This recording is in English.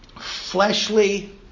fleshly